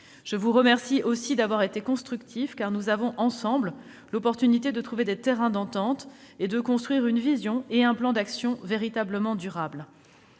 Je vous remercie aussi d'avoir été constructifs, car nous avons l'occasion de trouver ensemble des terrains d'entente et de construire une vision et un plan d'action véritablement durables.